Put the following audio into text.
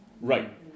Right